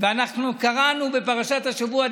ואנחנו קראנו בפרשת השבוע,